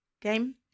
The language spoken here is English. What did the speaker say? game